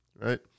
right